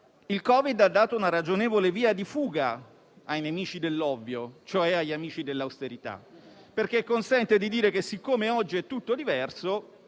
il Covid-19 ha dato una ragionevole via di fuga ai nemici dell'ovvio, cioè agli amici dell'austerità, perché consente di dire che, siccome oggi è tutto diverso,